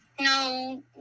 No